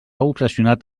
obsessionat